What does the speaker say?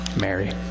Mary